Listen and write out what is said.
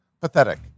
Pathetic